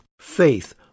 faith